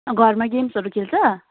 घरमा गेम्सहरू खेल्छ